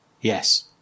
yes